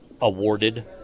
awarded